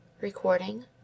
Recording